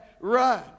run